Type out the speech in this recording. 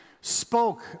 spoke